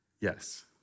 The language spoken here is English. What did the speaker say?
Yes